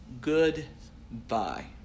goodbye